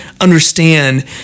understand